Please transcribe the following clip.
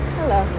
Hello